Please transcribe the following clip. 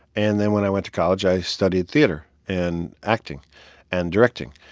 and then when i went to college, i studied theater and acting and directing.